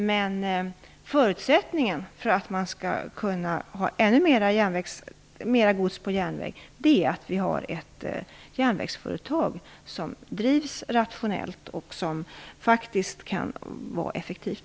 Men förutsättningen för att transportera ännu mer gods på järnväg är att vi har ett järnvägsföretag som drivs rationellt och som också kan vara effektivt.